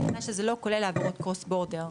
בתנאי שזה לא כולל העברות "קרוס-בורדר".